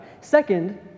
Second